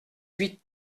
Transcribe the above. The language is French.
huit